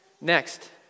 Next